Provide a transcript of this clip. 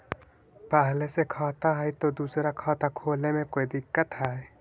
पहले से खाता है तो दूसरा खाता खोले में कोई दिक्कत है?